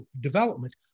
development